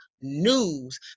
news